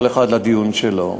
כל אחד לדיון שלו.